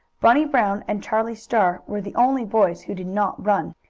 bunny brown and charlie star were the only boys who did not run.